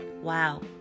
Wow